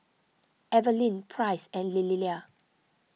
Evelin Price and Lillia